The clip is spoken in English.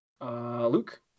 Luke